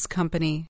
Company